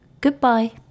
Goodbye